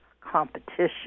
competition